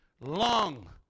long